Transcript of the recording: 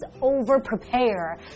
over-prepare